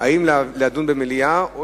ההצבעה היא אם לדון במליאה או